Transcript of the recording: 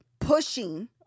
pushing